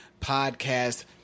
podcast